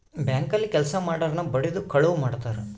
bank ಅಲ್ಲಿ ಕೆಲ್ಸ ಮಾಡೊರ್ನ ಬಡಿದು ಕಳುವ್ ಮಾಡ್ತಾರ